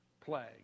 plague